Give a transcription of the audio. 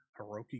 Hiroki